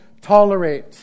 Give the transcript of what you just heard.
tolerate